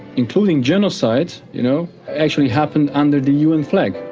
including genocide, you know, actually happened under the un flag.